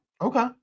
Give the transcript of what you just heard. Okay